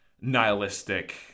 nihilistic